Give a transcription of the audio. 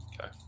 Okay